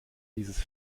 dieses